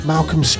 Malcolm